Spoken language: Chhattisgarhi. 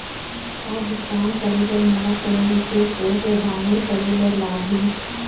का भुगतान करे बर मोला कोनो विशेष एप ला डाऊनलोड करे बर लागही